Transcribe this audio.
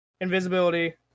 invisibility